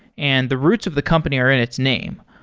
and the roots of the company are in its name.